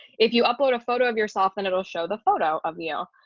if you upload a photo of yourself, and it'll show the photo of you,